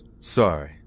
sorry